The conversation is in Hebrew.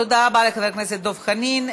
תודה רבה לחבר הכנסת דב חנין.